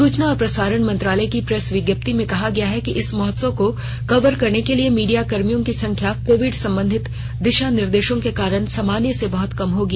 सूचना और प्रसारण मंत्रालय की प्रेस विज्ञप्ति में कहा गया है कि इस महोत्सव को कवर करने के लिए मीडियाकर्मियों की संख्या कोविड संबंधित दिशा निर्देशों के कारण सामान्य से बहत कम होगी